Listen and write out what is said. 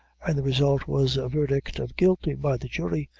and the result was a verdict of guilty by the jury,